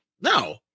no